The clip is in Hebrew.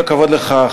כל הכבוד לך,